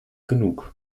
genug